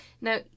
Now